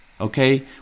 okay